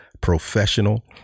professional